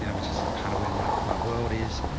yeah which is kind of where my, my world is.